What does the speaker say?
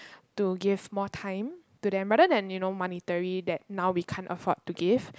to give more time to them rather than you know monetary that now we can't afford to give